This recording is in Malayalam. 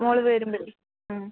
മോള് വരുമ്പഴെ ഉം